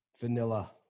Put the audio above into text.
Vanilla